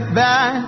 back